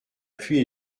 pluie